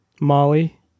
Molly